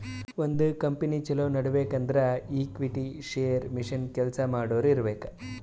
ಒಂದ್ ಕಂಪನಿ ಛಲೋ ನಡಿಬೇಕ್ ಅಂದುರ್ ಈಕ್ವಿಟಿ, ಶೇರ್, ಮಷಿನ್, ಕೆಲ್ಸಾ ಮಾಡೋರು ಇರ್ಬೇಕ್